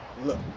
Look